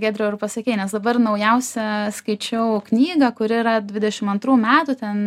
giedriau ir pasakei nes dabar naujausią skaičiau knygą kuri yra dvidešim antrų metų ten